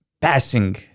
passing